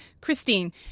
Christine